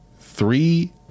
three